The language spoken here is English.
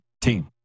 team